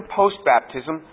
post-baptism